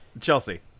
Chelsea